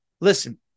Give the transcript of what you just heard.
Listen